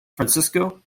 francisco